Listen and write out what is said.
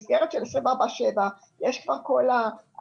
במסגרת של 24/7 יש כבר כל ההגנות,